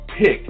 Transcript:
pick